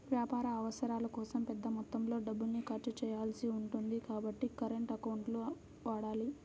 వ్యాపార అవసరాల కోసం పెద్ద మొత్తంలో డబ్బుల్ని ఖర్చు చేయాల్సి ఉంటుంది కాబట్టి కరెంట్ అకౌంట్లను వాడాలి